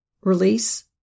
release